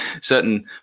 certain